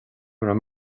raibh